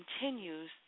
Continues